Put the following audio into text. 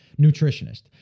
nutritionist